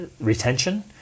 retention